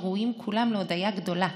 הראויים כולם להודיה גדולה,